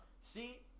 See